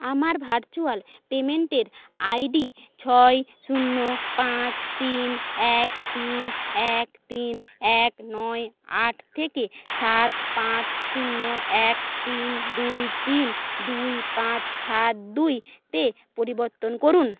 আমার ভার্চুয়াল পেমেন্টের I D ছয় শূন্য পাঁচ তিন এক তিন এক তিন এক নয় আট থেকে সাত পাঁচ শূন্য এক তিন দুই তিন দুই পাঁচ সাত দুই তে পরিবর্তন করুন